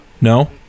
No